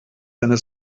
seine